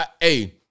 hey